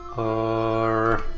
are